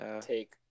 Take